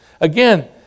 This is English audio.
Again